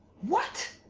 what!